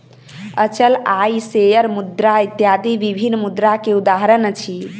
अचल आय, शेयर मुद्रा इत्यादि विभिन्न मुद्रा के उदाहरण अछि